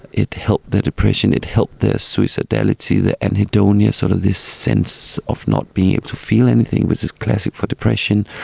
it helped their depression, it helped their suicidality, their anhedonia, sort of this sense of not being able to feel anything, which is classic for depression,